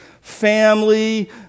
family